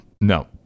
no